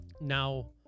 Now